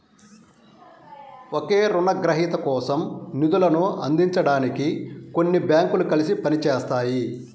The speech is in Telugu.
ఒకే రుణగ్రహీత కోసం నిధులను అందించడానికి కొన్ని బ్యాంకులు కలిసి పని చేస్తాయి